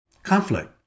Conflict